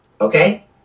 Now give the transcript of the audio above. okay